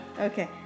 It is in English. Okay